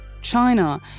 China